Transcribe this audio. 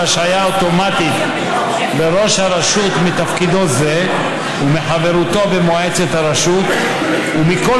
השעיה אוטומטית לראש הרשות מתפקידו זה ומחברותו במועצת הרשות ומכל